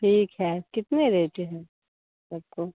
ठीक है कितने रेट है सबको